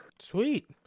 Sweet